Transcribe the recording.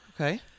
Okay